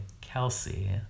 Kelsey